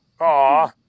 Aw